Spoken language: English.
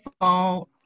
phone